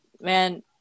man